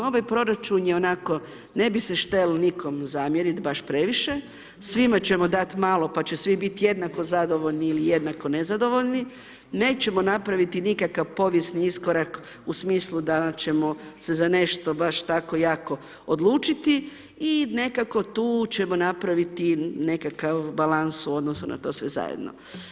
Ovaj proračun je onako, ne bih se štel nikom zamjeriti baš previše, svima ćemo dati malo pa će svi biti jednako zadovoljni ili jednako nezadovoljni, nećemo napraviti nikakav povijesni iskorak u smislu da ćemo se za nešto baš tako jako odlučiti i nekako tu ćemo napraviti nekakav balans u odnosu na to sve zajedno.